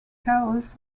chaos